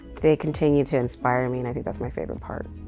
they continue to inspire me. and i think that's my favorite part.